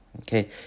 okay